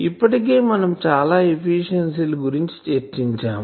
ఇప్పటికే మనం చాలా ఎఫిషియన్సీ ల గురించి చర్చించాము